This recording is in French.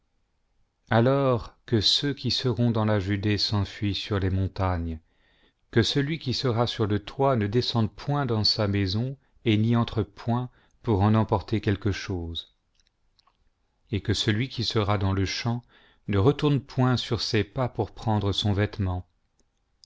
alors que ceux qui seront dans la judée s'enfuient sur les montagnes que celui qui sera sur le toit ne descende point dans sa maison et n'y entre point pour en emporter quelque chose et que celui gui sera dans le champ ne retourne point sur ses pas pom prendre son vêtement